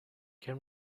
can